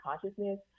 consciousness